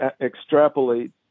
extrapolate